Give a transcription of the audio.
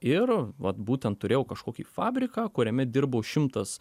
ir vat būtent turėjo kažkokį fabriką kuriame dirbo šimtas